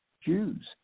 Jews